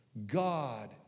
God